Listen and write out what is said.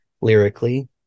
lyrically